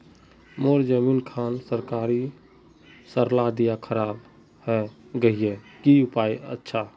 मोर जमीन खान सरकारी सरला दीया खराब है गहिये की उपाय अच्छा?